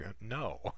No